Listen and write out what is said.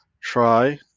try